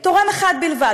תורם אחד בלבד.